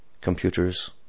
computers